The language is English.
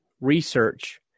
research